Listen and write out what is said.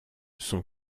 son